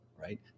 right